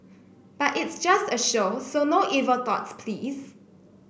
but it's just a show so no evil thoughts please